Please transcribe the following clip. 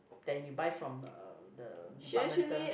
than you buy from the the departmental